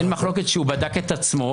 אין מחלוקת שהוא בדק את עצמו,